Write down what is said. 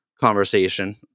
conversation